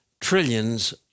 trillions